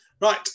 Right